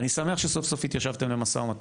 אני שמח שסוף סוף התיישבתם למו"מ,